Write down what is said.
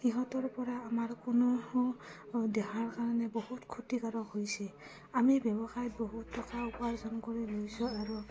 সিহঁতৰপৰা আমাৰ কোনো দেহাৰ কাৰণে বহুত ক্ষতিকাৰক হৈছে আমি ব্যৱসায়ত বহুত টকা উপাৰ্জন কৰি লৈছোঁ আৰু